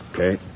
Okay